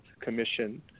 Commission